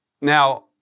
Now